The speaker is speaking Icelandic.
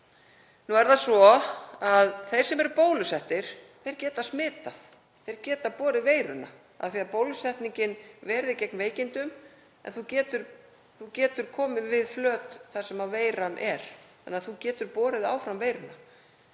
Nú er það svo að þeir sem eru bólusettir geta smitað. Þeir geta borið veiruna. Bólusetningin ver þig gegn veikindum en þú getur komið við flöt þar sem veiran er þannig að þú getur borið veiruna